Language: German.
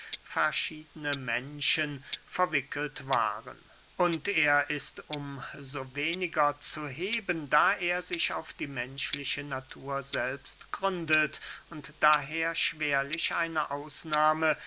verschiedene menschen verwickelt waren und er ist um so weniger zu heben da er sich auf die menschliche natur selbst gründet und daher schwerlich eine ausnahme